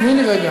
אז תני לי רגע,